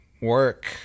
work